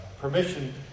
permission